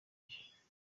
cye